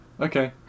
Okay